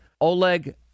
Oleg